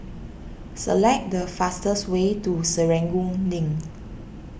select the fastest way to Serangoon Link